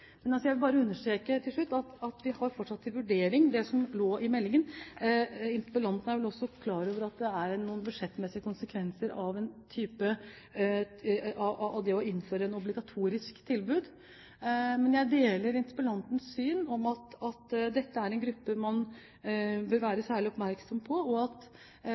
Jeg vil til slutt bare understreke at vi har fortsatt til vurdering det som lå i meldingen. Interpellanten er vel også klar over at det er noen budsjettmessige konsekvenser av det å innføre et obligatorisk tilbud. Men jeg deler interpellantens syn på at dette er en gruppe man bør være særlig oppmerksom på, og at